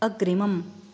अग्रिमम्